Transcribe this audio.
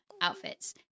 outfits